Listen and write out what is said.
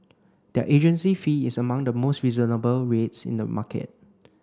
their agency fee is among the most reasonable rates in the market